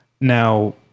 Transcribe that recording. now